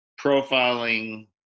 profiling